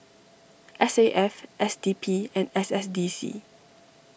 S A F S D P and S S D C